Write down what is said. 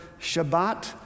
Shabbat